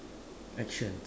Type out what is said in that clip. action